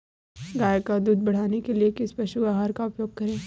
गाय का दूध बढ़ाने के लिए किस पशु आहार का उपयोग करें?